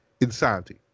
insanity